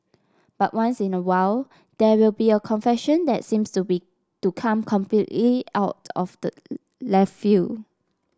but once in a while there will be a confession that seems to be to come completely out of the left field